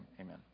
Amen